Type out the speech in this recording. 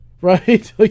Right